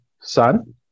sun